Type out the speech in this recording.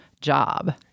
job